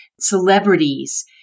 celebrities